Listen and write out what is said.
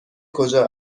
کجا